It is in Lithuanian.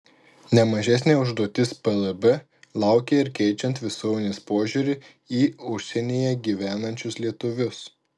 ne mažesnė užduotis plb laukia ir keičiant visuomenės požiūrį į užsienyje gyvenančius lietuvius